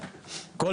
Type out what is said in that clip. לצאת לגמלאות,